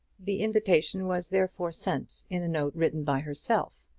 the invitation was therefore sent in a note written by herself,